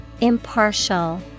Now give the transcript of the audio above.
Impartial